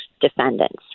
defendants